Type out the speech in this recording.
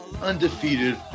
undefeated